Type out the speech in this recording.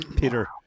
Peter